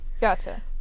Gotcha